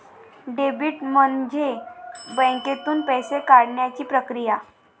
debit म्हणजे बँकेतून पैसे काढण्याची प्रक्रिया